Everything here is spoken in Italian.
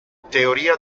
teoria